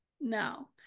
No